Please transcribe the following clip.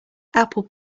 apple